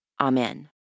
Amen